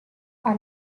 are